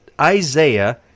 Isaiah